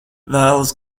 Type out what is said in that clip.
vēlas